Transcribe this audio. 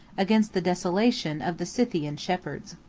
against the desolation of the scythian shepherds.